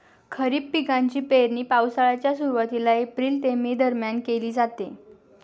खरीप पिकांची पेरणी पावसाळ्याच्या सुरुवातीला एप्रिल ते मे दरम्यान केली जाते